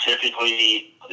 typically